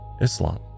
Islam